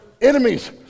enemies